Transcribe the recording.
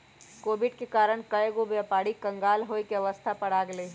Covid के कारण कएगो व्यापारी क़ँगाल होये के अवस्था पर आ गेल हइ